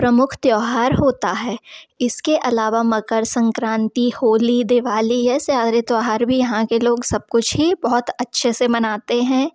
प्रमुख त्यौहार होता है इसके अलावा मकर संक्रांति होली दिवाली है त्यौहार भी यहाँ के लोग सब कुछ ही बहुत अच्छे से मनाते हैं